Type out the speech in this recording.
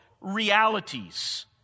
realities